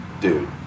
Dude